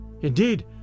Indeed